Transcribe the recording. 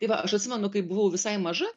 tai va aš atsimenu kai buvau visai maža